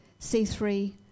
C3